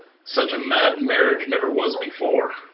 such a mad marriage never was before.